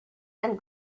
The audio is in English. and